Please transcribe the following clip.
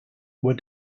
were